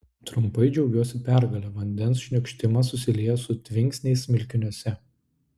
trumpai džiaugiuosi pergale vandens šniokštimas susilieja su tvinksniais smilkiniuose